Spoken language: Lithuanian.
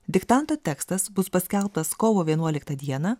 diktanto tekstas bus paskelbtas kovo vienuolikyą dieną